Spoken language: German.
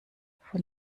von